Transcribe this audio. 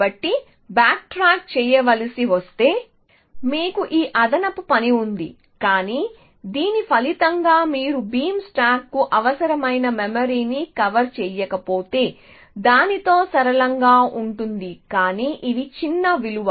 కాబట్టి back track చేయాల్సి వస్తే మీకు ఈ అదనపు పని ఉంది కానీ దీని ఫలితంగా మీరు బీమ్ స్టాక్కు అవసరమైన మెమరీని కవర్ చేయకపోతే దానితో సరళంగా ఉంటుంది కానీ ఇవి చిన్న విలువ